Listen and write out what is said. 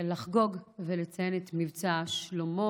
לחגוג ולציין את מבצע שלמה.